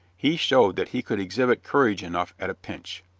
he showed that he could exhibit courage enough at a pinch.